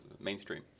mainstream